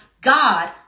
God